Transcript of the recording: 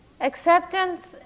Acceptance